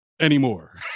anymore